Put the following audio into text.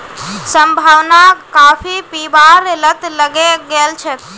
संभावनाक काफी पीबार लत लगे गेल छेक